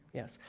yes.